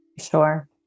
Sure